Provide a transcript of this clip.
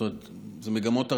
זאת אומרת, הרי אלה מגמות הפוכות: